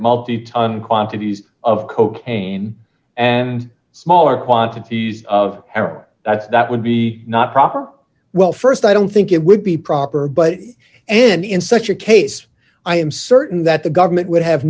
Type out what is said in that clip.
multi ton quantities of cocaine and smaller quantities of aaron that would be not proper well st i don't think it would be proper but and in such a case i am certain that the government would have